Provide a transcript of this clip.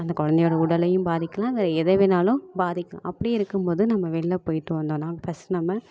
அந்த குழந்தையோட உடலையும் பாதிக்கலாம் இல்லை எதை வேணாலும் பாதிக்கும் அப்படி இருக்கும் போது நம்ம வெளில போய்ட்டு வந்தோடனா ஃபஸ்ட்டு நம்ம